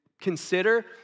consider